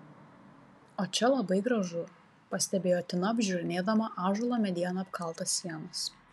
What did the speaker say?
o čia labai gražu pastebėjo tina apžiūrinėdama ąžuolo mediena apkaltas sienas